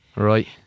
Right